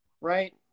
Right